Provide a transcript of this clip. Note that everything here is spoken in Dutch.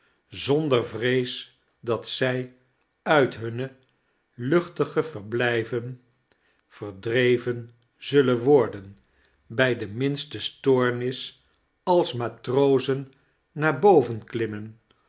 zonder vrees dat zij uit huone luohtige verblijven verdreven zullen worden bij de mdnste stoonnis als matrozen naar boven klitmmen